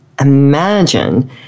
Imagine